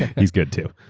he's good, too.